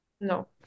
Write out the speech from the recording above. No